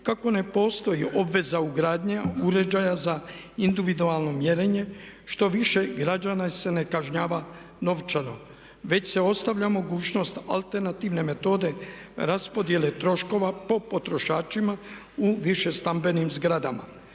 kako ne postoji obveza ugradnje uređaja za individualno mjerenje što više građana se ne kažnjava novčano, već se ostavlja mogućnost alternativne metode raspodjele troškova po potrošačima u više stambenim zgradama.